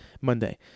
Monday